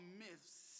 myths